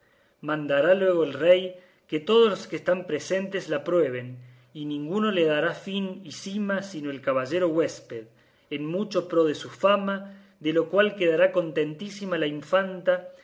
mandará luego el rey que todos los que están presentes la prueben y ninguno le dará fin y cima sino el caballero huésped en mucho pro de su fama de lo cual quedará contentísima la infanta